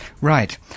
Right